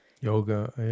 Yoga